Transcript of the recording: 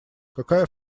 какая